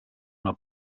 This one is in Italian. una